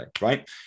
right